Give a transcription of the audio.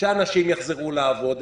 שאנשים יחזרו לעבוד.